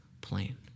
plain